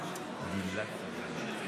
אינו נוכח מרב מיכאלי,